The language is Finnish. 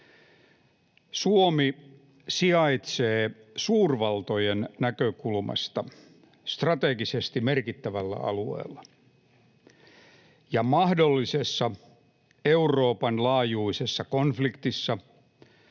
Suomi sijaitsee suurvaltojen näkökulmasta strategisesti merkittävällä alueella, ja mahdollisessa Euroopan laajuisessa konfliktissa